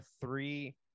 three